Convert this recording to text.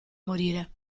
morire